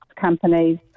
companies